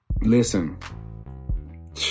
Listen